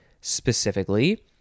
specifically